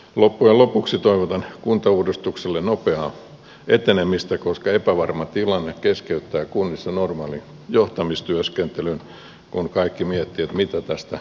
loppujen lopuksi toivotan kuntauudistukselle nopeaa etenemistä koska epävarma tilanne keskeyttää kunnissa normaalin johtamistyöskentelyn kun kaikki miettivät mitä tästä oikein seuraa